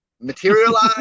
materialize